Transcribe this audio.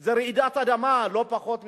זה רעידת אדמה, לא פחות מזה.